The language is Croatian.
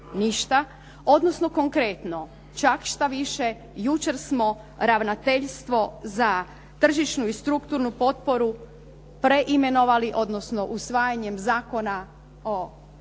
odnosno konkretno, čak šta više jučer smo ravnateljstvo za tržišnu i strukturnu potporu preimenovali, odnosno usvajanjem Zakona o Agenciji